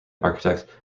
architect